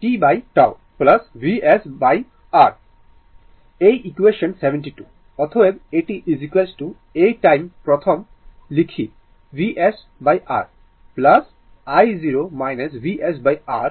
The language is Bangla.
tτ VsR এই ইকুয়েসান 72 অতএব এটি এই টার্ম প্রথম লেখি VsR i0 VsR e t tτ